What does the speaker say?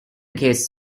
case